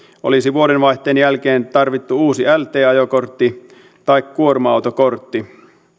olisi vuodenvaihteen jälkeen tarvittu uusi lt ajokortti tai kuorma autokortti